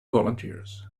volunteers